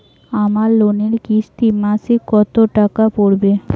আমার লোনের কিস্তি মাসিক কত টাকা পড়বে?